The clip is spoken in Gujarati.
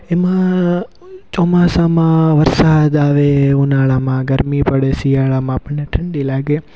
એમાં ચોમાસામાં વરસાદ આવે ઉનાળામાં ગરમી પડે શિયાળામાં આપણને ઠંડી લાગે